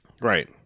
Right